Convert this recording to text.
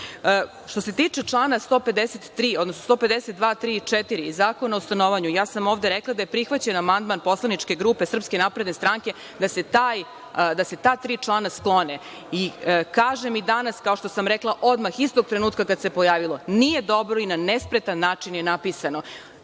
se tiče čl. 152, 153. i 154. Zakona o stanovanju, ja sam ovde rekla da je prihvaćen amandman poslaničke grupe SNS da se ta tri člana sklone. Kažem i danas kao što sam rekla i odmah, istog trenutka kada se pojavio nije dobro i na nespretan način je napisano.